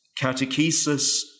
catechesis